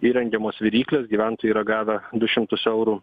įrengiamos viryklės gyventojai yra gavę du šimtus eurų